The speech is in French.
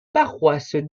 paroisses